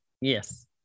yes